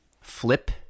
flip